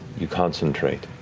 you concentrate,